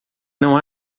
não